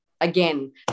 Again